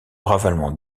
ravalement